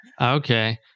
Okay